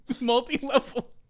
multi-level